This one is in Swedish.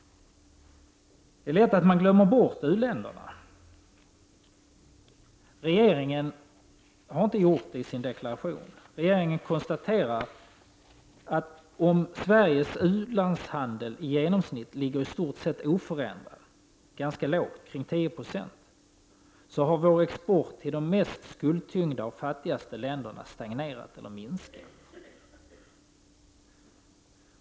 Det är lätt att glömma bort u-länderna. Regeringen har inte gjort det i sin deklaration. Regeringen konstaterar att om Sveriges u-landshandel i genomsnitt ligger i stort sett oförändrad, ganska låg — 10 procent — har vår export till de mest skuldtyngda och fattiga länderna stagnerat och minskat.